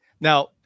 Now